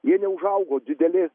jie neužaugo dideli